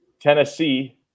Tennessee